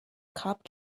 cop